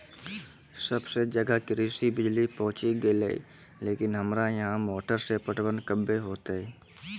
सबे जगह कृषि बिज़ली पहुंची गेलै लेकिन हमरा यहाँ मोटर से पटवन कबे होतय?